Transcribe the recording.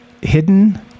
hidden